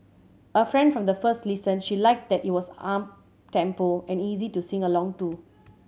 a fan from the first listen she liked that it was uptempo and easy to sing along to